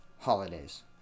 Holidays